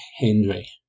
Henry